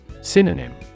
Synonym